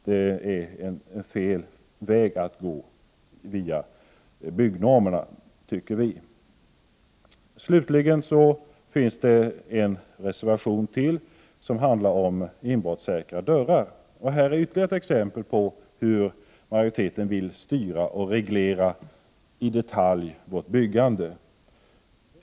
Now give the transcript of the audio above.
Det är fel väg att gå via byggnormerna, tycker vi. I betänkandet finns också en reservation som handlar om inbrottssäkra dörrar. Det förslaget är ytterligare ett exempel på hur majoriteten vill styra och i detalj reglera vårt byggande.